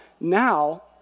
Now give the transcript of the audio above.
now